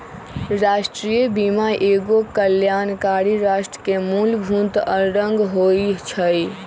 राष्ट्रीय बीमा एगो कल्याणकारी राष्ट्र के मूलभूत अङग होइ छइ